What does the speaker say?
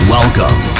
Welcome